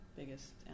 biggest